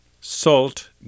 salt